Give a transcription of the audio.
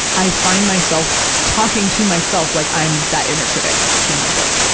i find myself talking to myself, like i'm that inner critic from my book.